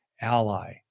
ally